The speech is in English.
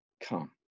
Come